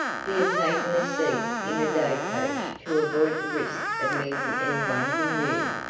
he had taken a seat in a day-coach to avoid the risk of meeting any one he knew,